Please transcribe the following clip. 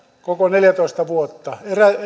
koko neljätoista vuotta